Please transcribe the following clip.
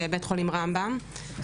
בבית-חולים רמב"ם,